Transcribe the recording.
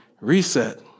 reset